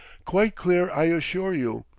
quite clear, i assure you,